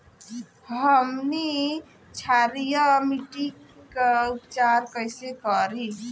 हमनी क्षारीय मिट्टी क उपचार कइसे करी?